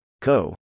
CO